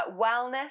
wellness